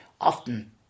often